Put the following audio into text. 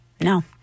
No